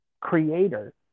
creator